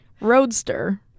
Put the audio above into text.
Roadster